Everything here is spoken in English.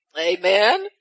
Amen